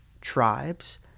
tribes